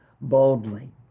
boldly